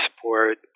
support